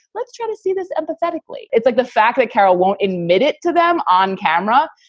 let's try to see this empathetically. it's like the fact that carol won't admit it to them on camera.